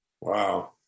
Wow